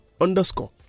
underscore